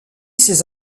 ces